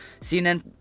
CNN